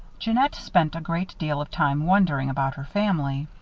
jeannette spent a great deal of time wondering about her family.